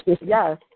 Yes